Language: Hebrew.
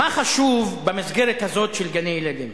מה חשוב במסגרת הזאת של גני-ילדים?